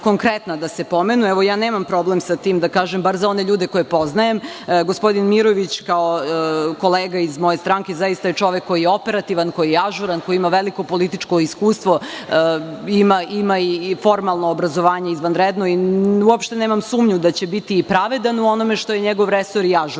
da se pomenu. Ja nemam problem sa tim da kažem, bar za one ljude koje poznajem. Gospodin Mirović, kao kolega iz moje stranke, zaista je čovek koji je operativan, koji je ažuran, koji ima veliko političko iskustvo, ima i formalno obrazovanje izvanredno, i uopšte nemam sumnju da će biti pravedan u onome što je njegov resor i ažuran.S